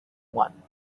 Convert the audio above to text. one